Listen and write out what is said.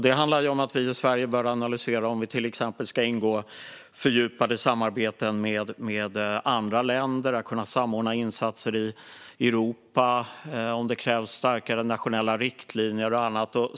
Det handlar om att vi i Sverige bör analysera om vi till exempel ska ingå fördjupade samarbeten med andra länder för att kunna samordna insatser i Europa och om det krävs starkare nationella riktlinjer och annat.